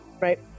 Right